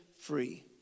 free